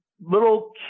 little